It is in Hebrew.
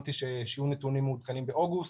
הבנתי שיהיו נתונים מעודכנים באוגוסט,